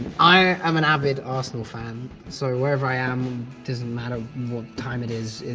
i am an advent arsenal fan, so wherever i am doesn't matter what time it is,